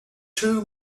too